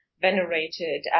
venerated